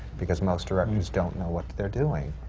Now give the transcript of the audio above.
because most directors don't know what they're doing.